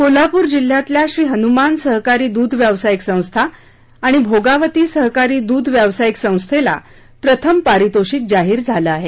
कोल्हापूर जिल्ह्यातल्या श्री हनुमान सहकारी दुध व्यावसायिक संस्था आणि भोगावती सहकारी दुध व्यवसायिक संस्थेला प्रथम पारितोषिक जाहीर झालं आहे